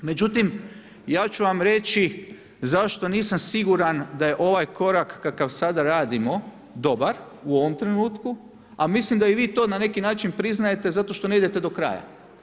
Međutim, ja ću vam reći zašto nisam siguran da je ovaj korak kakav sada radimo u ovom trenutku a mislim da i vi to na neki način priznajete zato što ne idete do kraja.